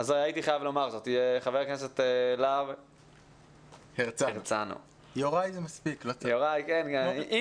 יוראי להב הרצנו (יש עתיד - תל"ם): אני